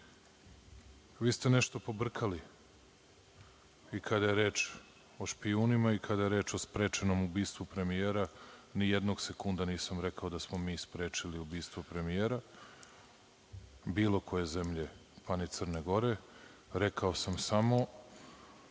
ste nešto pobrkali i kada je reč o špijunima i kada je reč o sprečenom ubistvu premijera, nijednog sekunda nisam rekao da smo mi sprečili ubistvo premijera bilo koje zemlje, pa ni Crne Gore. Rekao sam samo